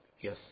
yes